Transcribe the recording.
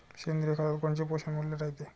सेंद्रिय खतात कोनचे पोषनमूल्य रायते?